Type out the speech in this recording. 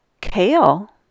kale